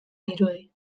dirudi